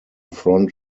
front